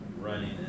running